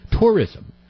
tourism